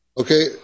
okay